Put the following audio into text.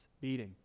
beating